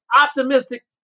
optimistic